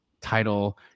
Title